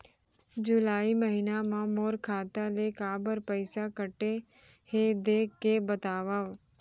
जुलाई महीना मा मोर खाता ले काबर पइसा कटे हे, देख के बतावव?